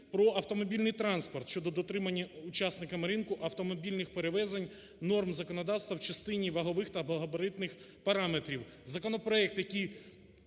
про автомобільний транспорт щодо дотримання учасниками ринку автомобільних перевезень, норм законодавства в частині вагових та габаритних параметрів,